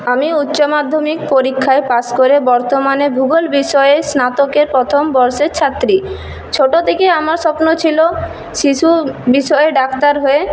আমি উচ্চমাধ্যমিক পরীক্ষায় পাস করে বর্তমানে ভূগোল বিষয়ে স্নাতকের প্রথম বর্ষের ছাত্রী ছোটো থেকেই আমার স্বপ্ন ছিল শিশু বিষয়ে ডাক্তার হয়ে